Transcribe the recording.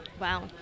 Wow